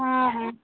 ହଁ ହଁ